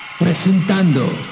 presentando